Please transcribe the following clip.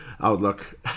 outlook